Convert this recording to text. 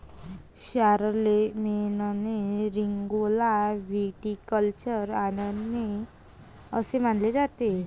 शारलेमेनने रिंगौला व्हिटिकल्चर आणले असे मानले जाते